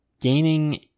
Gaining